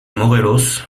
morelos